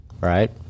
Right